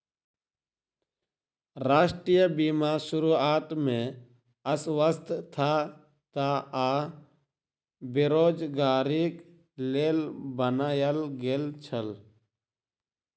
राष्ट्रीय बीमा शुरुआत में अस्वस्थता आ बेरोज़गारीक लेल बनायल गेल छल